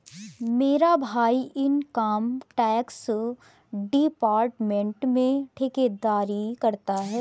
मेरा भाई income tax department में ठेकेदारी करता है